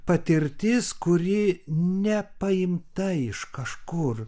patirtis kuri ne paimta iš kažkur